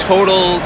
total